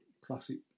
Classic